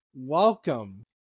Welcome